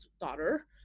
daughter